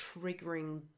triggering